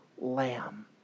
lamb